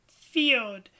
Field